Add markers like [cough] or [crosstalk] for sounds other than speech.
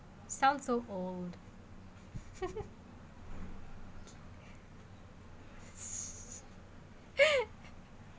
sound so old [laughs]